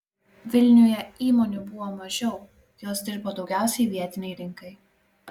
vilniuje įmonių buvo mažiau jos dirbo daugiausiai vietinei rinkai